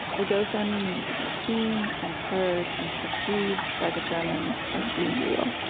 the ghost army needed to be seen and heard and perceived by the german as being real